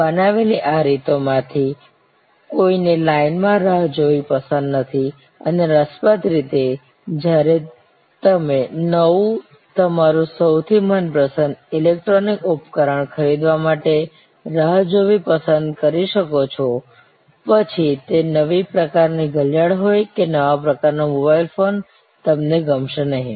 બનાવેલી આ રીતો માંથી કોઈને લાઇન માં રાહ જોવી પસંદ નથી અને રસપ્રદ રીતે જ્યારે તમે નવું તમારું સૌથી મનપસંદ ઇલેક્ટ્રોનિક ઉપકરણ ખરીદવા માટે રાહ જોવી પસંદ કરી શકો છો પછી તે નવી પ્રકારની ઘડિયાળ હોય કે નવા પ્રકારનો મોબાઇલ ફોન તમને ગમશે નહીં